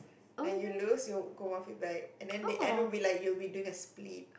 when you lose you will go one feet back and then the end will be like you will be doing a split